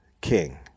King